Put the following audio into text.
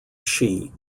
shi